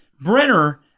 Brenner